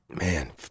man